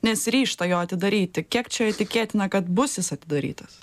nesiryžta jo atidaryti kiek čia tikėtina kad bus jis atidarytas